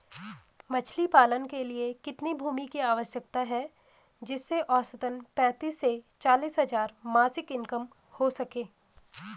मछली पालन के लिए कितनी भूमि की आवश्यकता है जिससे औसतन पैंतीस से चालीस हज़ार मासिक इनकम हो सके?